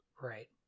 Right